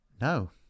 No